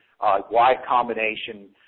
wide-combination